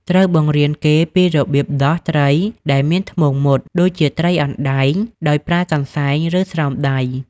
ត្រូវបង្រៀនគេពីរបៀបដោះ ត្រីដែលមានធ្មង់មុត ដូចជាត្រីអណ្ដែង ដោយប្រើកន្សែង ឬស្រោមដៃ។